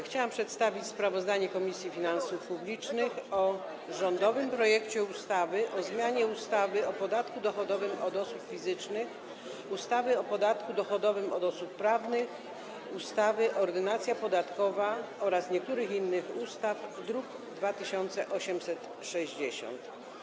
Chciałam przedstawić sprawozdanie Komisji Finansów Publicznych o rządowym projekcie ustawy o zmianie ustawy o podatku dochodowym od osób fizycznych, ustawy o podatku dochodowym od osób prawnych, ustawy Ordynacja podatkowa oraz niektórych innych ustaw z druku nr 2860.